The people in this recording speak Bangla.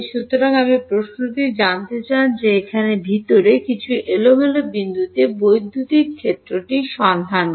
সুতরাং আপনি প্রশ্নটি জানতে চান যে এখানে ভিতরে কিছু এলোমেলো বিন্দুতে বৈদ্যুতিক ক্ষেত্রটি সন্ধান করা